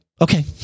Okay